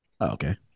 okay